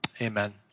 Amen